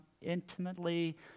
intimately